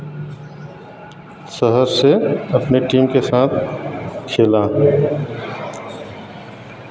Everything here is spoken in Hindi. शहर से अपने टीम के साथ खेला